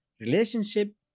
relationship